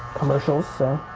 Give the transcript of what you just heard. commercials. so